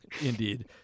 Indeed